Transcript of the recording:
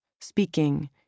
speaking